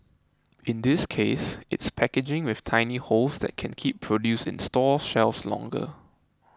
in this case it's packaging with tiny holes that can keep produce in store shelves longer